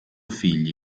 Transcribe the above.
figli